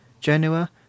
Genoa